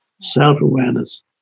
self-awareness